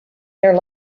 their